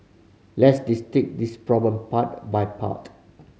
let's this problem part by part